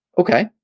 Okay